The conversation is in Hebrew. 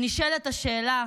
ונשאלת השאלה,